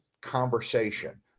conversation